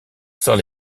sort